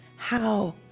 how